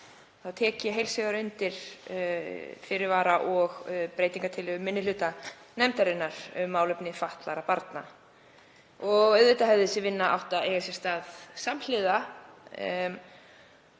tek ég heils hugar undir fyrirvara og breytingartillögu minni hluta nefndarinnar um málefni fatlaðra barna. Auðvitað hefði sú vinna átt að eiga sér stað samhliða.